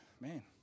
man